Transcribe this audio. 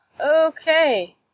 Okay